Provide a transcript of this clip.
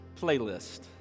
Playlist